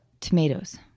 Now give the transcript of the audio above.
Tomatoes